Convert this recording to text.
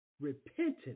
repentance